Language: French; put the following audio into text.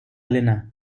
lena